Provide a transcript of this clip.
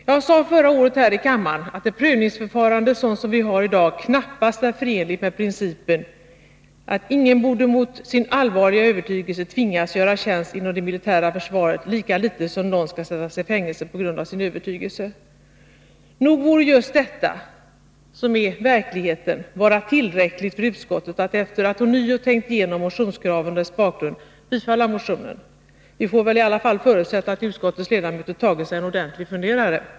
Jag sade förra året här i kammaren att ett prövningsförfarande sådant som vi har i dag knappast är förenligt med principen att ingen borde mot sin allvarliga övertygelse tvingas göra tjänst inom det militära försvaret lika litet som någon skall sättas i fängelse på grund av sin övertygelse. Nog borde just detta — som är verkligheten — vara tillräckligt för utskottet för att, efter att ånyo ha tänkt igenom motionskraven och deras bakgrund, tillstyrka motionen. Vi får väl i alla fall förutsätta att utskottets ledamöter har tagit sig en ordentlig funderare.